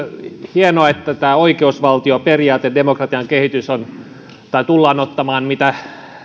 hienoa että tämä oikeusvaltioperiaate demokratian kehitys tullaan ottamaan